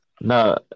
No